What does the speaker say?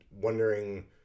wondering